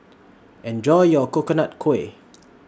Enjoy your Coconut Kuih